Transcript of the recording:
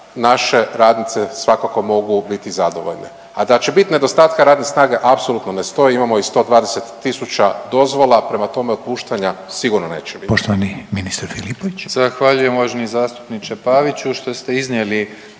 naše radnice svakako mogu biti zadovoljne. A da će bit nedostatka radne snage apsolutno ne stoji, imamo i 120.000 dozvola, prema tome otpuštanja sigurno neće biti.